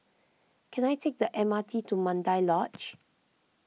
can I take the M R T to Mandai Lodge